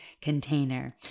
container